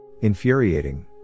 Infuriating